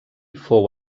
fou